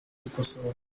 gukosorwa